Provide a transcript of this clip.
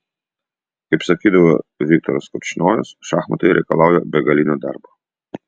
kaip sakydavo viktoras korčnojus šachmatai reikalauja begalinio darbo